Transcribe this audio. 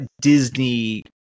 Disney